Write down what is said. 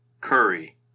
Curry